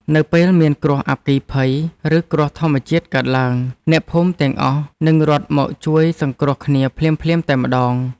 នៅពេលមានគ្រោះអគ្គិភ័យ ឬគ្រោះធម្មជាតិកើតឡើង អ្នកភូមិទាំងអស់នឹងរត់មកជួយសង្គ្រោះគ្នាភ្លាមៗតែម្ដង។